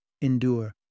Endure